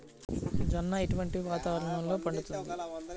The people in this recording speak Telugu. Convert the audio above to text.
జొన్న ఎటువంటి వాతావరణంలో పండుతుంది?